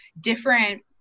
different